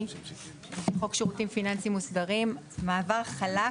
בחוק שירותים פיננסים מוסדרים מעבר חלק,